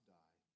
die